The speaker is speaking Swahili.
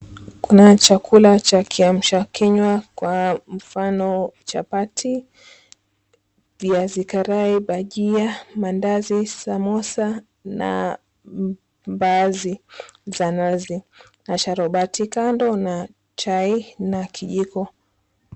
Kuna chakula cha kiamsha kinywa kwa mfano chapati, viazi karai, bajia, maandazi, samosa na mbaazi za nazi na sharubati kando na chai na kijiko.